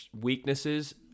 weaknesses